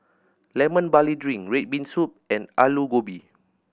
Lemon Barley Drink red bean soup and Aloo Gobi